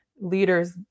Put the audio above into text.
leaders